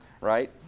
right